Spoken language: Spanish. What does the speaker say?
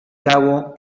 cabo